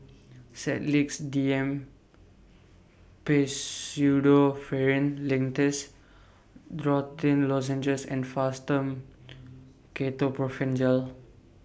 Sedilix D M Pseudoephrine Linctus Dorithricin Lozenges and Fastum Ketoprofen Gel